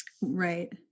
Right